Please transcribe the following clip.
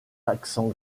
accent